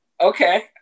Okay